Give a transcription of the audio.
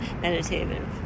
meditative